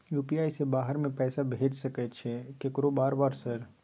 UPI से बाहर में पैसा भेज सकय छीयै केकरो बार बार सर?